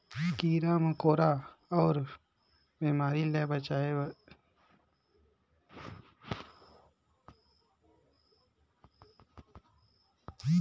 कीरा मकोरा अउ बेमारी ले बचाए बर ओमहा दवई ल छिटे बर परथे